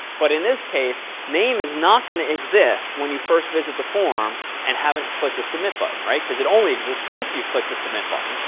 but in this case, name is not going to exist when you first visit the form and haven't clicked the submit button, right, because it only exists if you click the submit button.